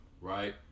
right